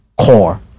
core